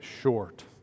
short